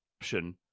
option